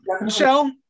Michelle